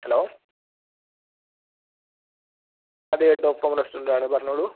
hello അതെ top form റെസ്റ്റോറന്റാണ് പറഞ്ഞോളു